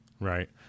Right